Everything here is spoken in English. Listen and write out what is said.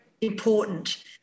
important